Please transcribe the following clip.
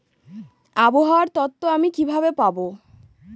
আবহাওয়ার তথ্য আমি কিভাবে পাবো?